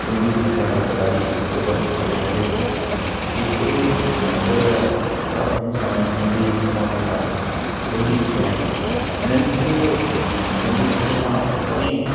सिंधी भाषा हिकु ॾाढी ज़बरदस्त भाषा आहे जंहिं खे अॼु कल्ह हर इंसान सिंधी समाज जा भुलिजी चुकिया आहिनि इन्हनि खे सिंधी भाषा वरी